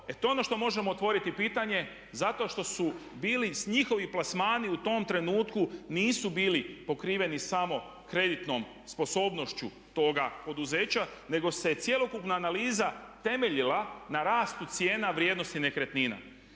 e to je ono što možemo otvoriti pitanje zato što su bili njihovi plasmani u tom trenutku, nisu bili pokriveni samo kreditnom sposobnošću toga poduzeća nego se cjelokupna analiza temeljila na rastu cijena vrijednosti nekretnina.